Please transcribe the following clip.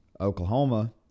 Oklahoma